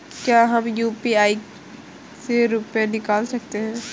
क्या हम यू.पी.आई से रुपये निकाल सकते हैं?